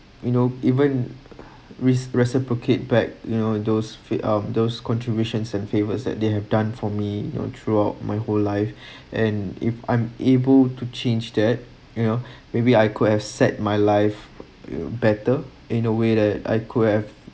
you know even risk reciprocate back you know those fit out those contributions and favours that they have done for me you know throughout my whole life and if I'm able to change that you know maybe I could have set my life better in a way that I could have